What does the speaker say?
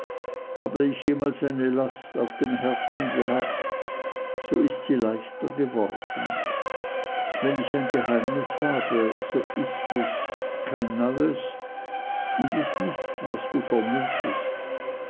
habe ich jemals eine last auf dem herzen gehabt so ist sie leichter geworden wenn ich ein geheimnis habe so ist es kein neues und ist nicht was du vermutest